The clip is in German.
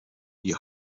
die